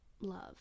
love